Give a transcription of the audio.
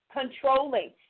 controlling